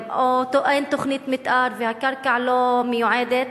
או אין תוכנית מיתאר והקרקע לא מיועדת.